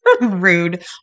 rude